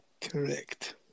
Correct